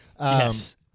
Yes